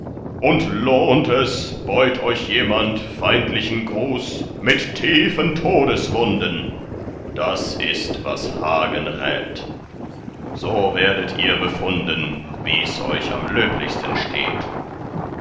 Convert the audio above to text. und lohnt es beut euch jemand feindlichen gruß mit tiefen todeswunden daß ist was hagen rät so werdet ihr befunden wie's euch am löblichsten steht